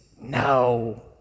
No